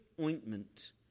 ointment